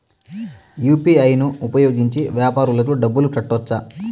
UPI ను ఉపయోగించి వ్యాపారాలకు డబ్బులు కట్టొచ్చా?